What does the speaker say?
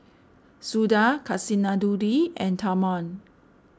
Suda Kasinadhuni and Tharman